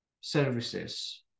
services